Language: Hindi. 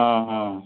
हाँ हाँ